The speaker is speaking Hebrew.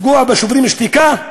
לפגוע ב"שוברים שתיקה",